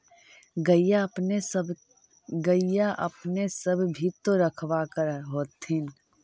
गईया अपने सब भी तो रखबा कर होत्थिन?